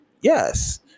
yes